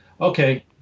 okay